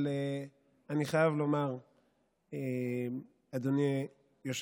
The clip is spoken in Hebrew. זה הכי ממלכתי